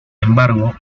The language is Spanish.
embargo